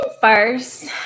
first